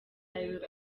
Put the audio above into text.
will